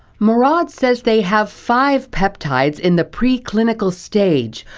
marad says they have five peptides in the pre-clinical stage,